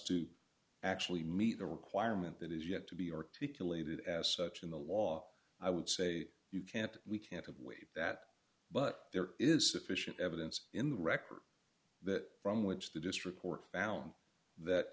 to actually meet the requirement that is yet to be articulated as such in the law i would say you can't we can't have waived that but there is sufficient evidence in the record that from which the district court found that